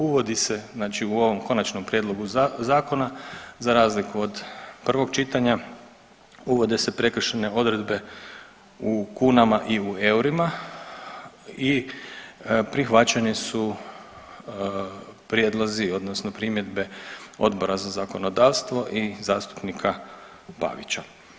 Uvodi se znači u ovom konačnom prijedlogu zakona za razliku od prvog čitanja, uvode se prekršajne odredbe u kunama i u eurima i prihvaćeni su prijedlozi odnosno primjedbe Odbora za zakonodavstvo i zastupnika Pavića.